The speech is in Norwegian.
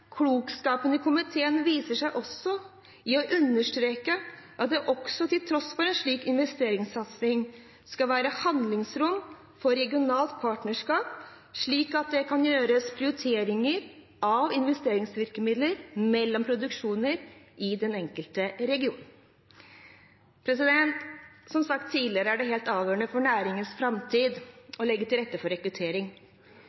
klokskapen i komiteen viser seg også i understrekningen av at det til tross for en slik investeringssatsing også skal være handlingsrom for regionalt partnerskap, slik at det kan gjøres prioriteringer av investeringsvirkemidler mellom produksjoner i den enkelte region. Som sagt tidligere er det helt avgjørende for næringens